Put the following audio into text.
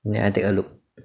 then I take a look